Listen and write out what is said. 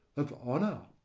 of honour,